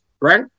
right